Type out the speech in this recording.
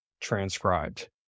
transcribed